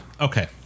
Okay